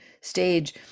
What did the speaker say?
stage